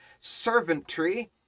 servantry